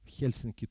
Helsinki